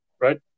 right